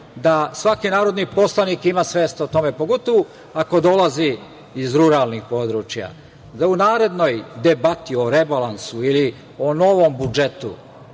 da svaki narodni poslanik ima svest o tome, pogotovu ako dolazi iz ruralnih područja, u narednoj debati o rebalansu ili o novom budžetu